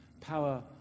power